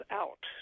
out